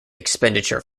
expenditure